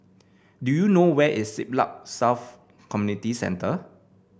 do you know where is Siglap South Community Centre